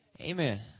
Amen